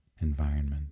environment